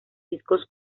disco